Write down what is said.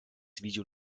video